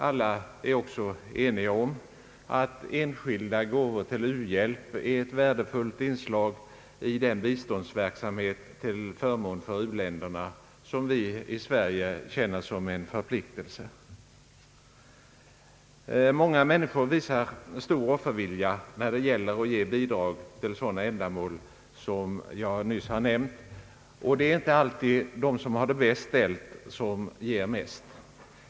Alla är också eniga om att enskilda gåvor till u-hjälp är ett värdefullt inslag i den biståndsverksamhet till förmån för u-länderna som vi i Sverige känner som en förpliktelse. Många människor visar stor offervilja när det gäller att ge bidrag till sådana ändamål som jag nyss har nämnt, och det är inte alltid de som har det bäst ställt som ger mest.